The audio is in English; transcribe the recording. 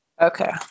Okay